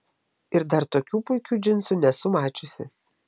ir dar tokių puikių džinsų nesu mačiusi